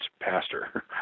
pastor